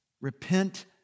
Repent